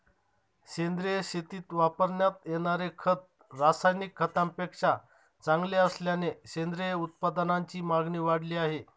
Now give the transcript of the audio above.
सेंद्रिय शेतीत वापरण्यात येणारे खत रासायनिक खतांपेक्षा चांगले असल्याने सेंद्रिय उत्पादनांची मागणी वाढली आहे